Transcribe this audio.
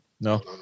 no